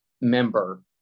member